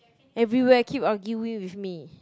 everywhere keep arguing with me